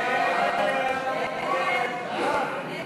פיקדון בשיעור שווה להפרשות הסוציאליות שחלות על